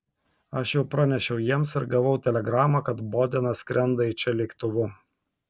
aš jau pranešiau jiems ir gavau telegramą kad bodenas skrenda į čia lėktuvu